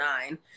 nine